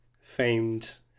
famed